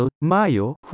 mayo